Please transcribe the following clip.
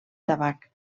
tabac